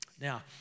Now